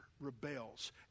rebels